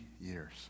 years